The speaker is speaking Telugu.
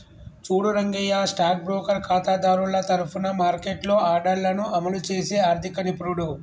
చూడు రంగయ్య స్టాక్ బ్రోకర్ ఖాతాదారుల తరఫున మార్కెట్లో ఆర్డర్లను అమలు చేసే ఆర్థిక నిపుణుడు